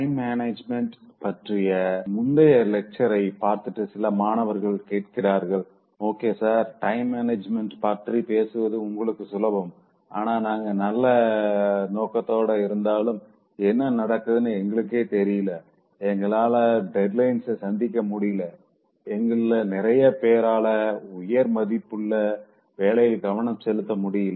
time management பற்றிய முந்தைய லெக்சர்சை பார்த்துட்டு சில மாணவர்கள் கேட்கிறார்கள் ஓகே சார் டைம் மேனேஜ்மென்ட் பற்றி பேசுவது உங்களுக்கு சுலபம் ஆனா நாங்க நல்ல நோக்கத்தோடு இருந்தாலும் என்ன நடக்குதுன்னு எங்களுக்கு தெரியல எங்களால டெட்லைன்ஸ சந்திக்க முடியல எங்கள்ள நிறையபேராள உயர் மதிப்புள்ள வேலையில கவனம் செலுத்த முடியல